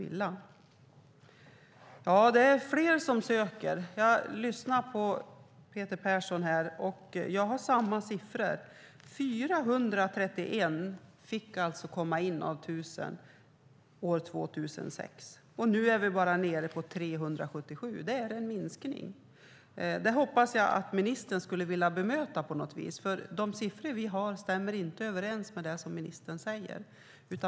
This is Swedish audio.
Det är alltså fler som söker. Jag lyssnade på Peter Persson här, och jag har samma siffror. 431 av 1 000 sökande fick komma in år 2006. Nu är det bara 377. Det är en minskning. Jag hoppas att ministern vill bemöta detta på något sätt. De siffror som vi har stämmer inte överens med det som ministern säger.